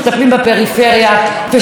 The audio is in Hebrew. ושום דבר לא השתנה,